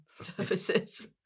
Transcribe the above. services